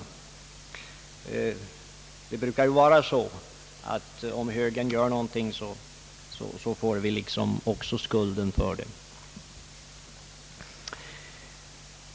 Det brukar ju vara så, att om högern gör någonting får vi liksom skulden för det.